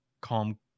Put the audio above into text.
calm